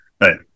right